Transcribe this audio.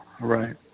right